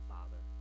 Father